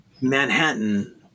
manhattan